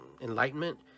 enlightenment